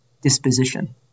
disposition